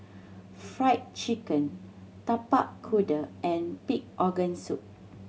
Fried Chicken Tapak Kuda and pig organ soup